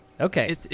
Okay